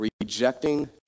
Rejecting